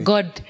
God